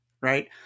right